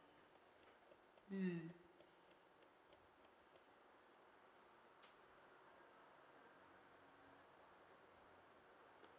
mm